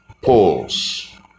poles